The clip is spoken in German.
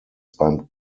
beim